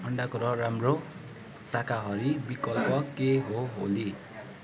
अन्डाको र राम्रो शाकाहरी विकल्प के हो ओली